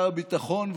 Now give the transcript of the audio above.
שר הביטחון,